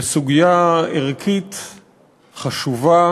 בסוגיה ערכית חשובה,